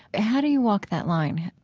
how do you walk that line?